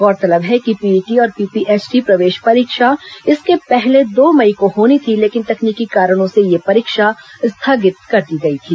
गौरतलब है कि पीईटी और पीपीएचटी प्रवेश परीक्षा इसके पहले दो मई होनी थी लेकिन तकनीकी कारणों से यह परीक्षा स्थगित कर दी गई थी